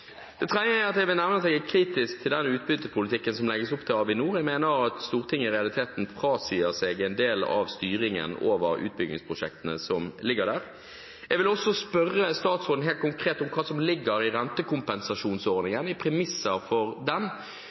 Det tredje jeg vil nevne, er at jeg er kritisk til den utbyttepolitikken som det legges opp til for Avinor. Jeg mener at Stortinget i realiteten frasier seg en del av styringen over utbyggingsprosjektene som ligger der. Jeg vil også spørre statsråden helt konkret om hvilke premisser som ligger til grunn i rentekompensasjonsordningen.